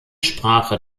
sprache